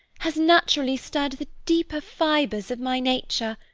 has naturally stirred the deeper fibres of my nature.